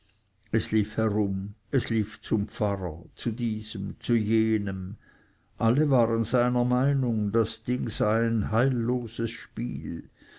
es lief herum es lief zum pfarrer zu diesem zu jenem alle waren seiner meinung das ding sei ein heilloses spiel